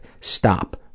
Stop